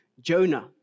Jonah